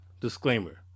disclaimer